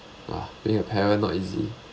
being a parent not easy